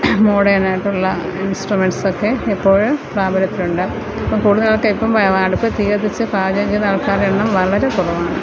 മോഡേണായിട്ടുള്ള ഇൻസ്ട്രുമെൻറ്റ്സൊക്കെ ഇപ്പോൾ പ്രാബല്യത്തിൽ ഉണ്ട് ഇപ്പോൾ കൂടുതലാൾക്ക് ഇപ്പോൾ അടുപ്പിൽ തീ കത്തിച്ച് പാചകം ചെയ്യുന്ന ആൾക്കാരുടെ എണ്ണം വളരെ കുറവാണ്